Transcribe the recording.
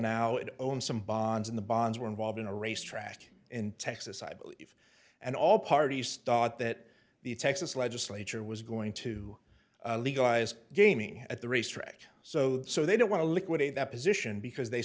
it owns some bonds in the bonds were involved in a race track in texas i believe and all parties start that the texas legislature was going to legalize gaming at the racetrack so they don't want to liquidate that position because they